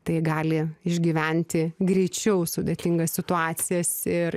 tai gali išgyventi greičiau sudėtingas situacijas ir